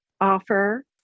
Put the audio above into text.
offer